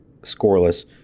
scoreless